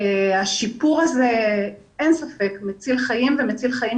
אין ספק שהשיפור הזה מציל חיים ומציל חיים